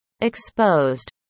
exposed